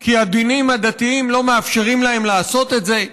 כי הדינים הדתיים לא מאפשרים להם לעשות את זה.